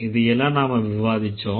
இதையெல்லாம் நாம் விவாதிச்சோம்